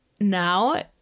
Now